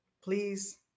Please